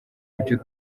ibyo